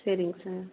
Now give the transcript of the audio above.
சரிங்க சார்